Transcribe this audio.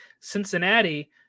Cincinnati